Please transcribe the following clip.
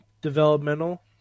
developmental